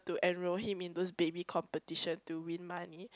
to enroll him in those baby competition to win money